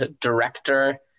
director